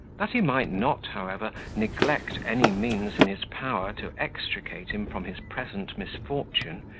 that he might not, however, neglect any means in his power to extricate him from his present misfortune,